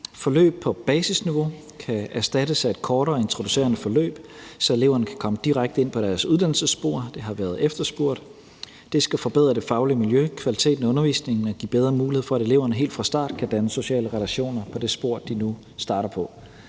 Forløb på basisniveau kan erstattes af et kortere introducerende forløb, så eleverne kan komme direkte ind på deres uddannelsesspor. Det har været efterspurgt. Det skal forbedre det faglige miljø, kvaliteten af undervisningen og give bedre mulighed for, at eleverne helt fra starten kan danne sociale relationer på det spor, de nu starter på.